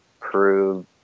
prove